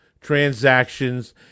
transactions